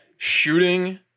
Shooting